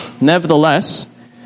Nevertheless